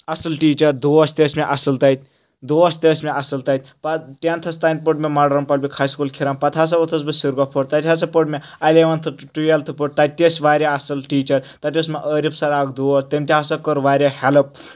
اَصٕل ٹیٖچر دوس تہِ ٲسۍ مےٚ اَصٕل تَتہِ دوس تہِ ٲسۍ مےٚ اَصٕل تَتہِ پَتہٕ ٹینتھَس تانۍ پوٚر مےٚ ماڈٲرٕن پَتہٕ گوٚو ہاے سکوٗل کھِرم پَتہٕ ہسا اوٚتھس بہٕ سربکھپوٗر تَتہِ ہسا پوٚر مےٚ اؠلوَنتھٕ ٹُویلتھٕ پوٚر تَتہِ تہِ ٲسۍ واریاہ اَصٕل ٹیٖچر تَتہِ اوس مےٚ عٲرف سر اکھ دوس تٔمۍ تہِ ہسا کوٚر واریاہ ہیلٕپ